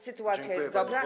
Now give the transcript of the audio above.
Sytuacja jest dobra, bo.